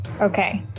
Okay